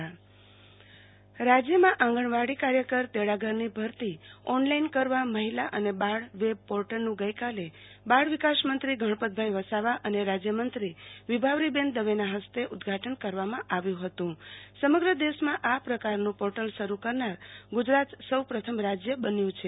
આરતી ભદ્દ આંગણવાડી કાર્યકર ઓનલાઈન ભરતી રાજ્યમાં આંગણવાડી કાર્યકર તેડાગરની ભરતી ઓનલાઈન કરવા મહિલા અને બાળ વેબ પોર્ટલનું ગઈકાલે બાળ વ્કિાસ મંત્રી ગણપતભાઈ વસાવા અને રાજયમંત્રી વિભાવરીબેન દવેના ફસ્તે ઉદઘાટન કરવામાં આવ્યુ હતું સમગ્ર દેશમાં આ પ્રકારનું પોર્ટલ શરૂ કરનાર ગુજરાત સૌ પ્રથમ રાજ્ય બન્યુ છે